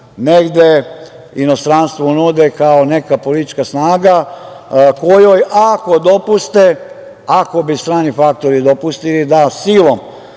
negde inostranstvu nude kao neka politička snaga kojoj ako dopuste, ako bi strani faktori dopustili da silom